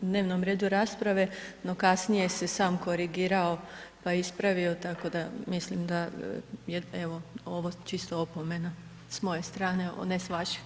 dnevnom redu rasprave, no kasnije se sam korigirao, pa ispravio, tako da mislim da je evo, ovo čisto opomena, s moje strane ne s vaše.